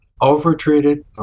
over-treated